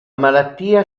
malattia